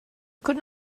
could